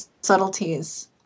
subtleties